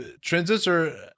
Transistor